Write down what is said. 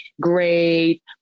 great